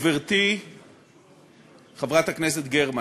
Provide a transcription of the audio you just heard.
גברתי חברת הכנסת גרמן,